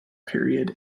period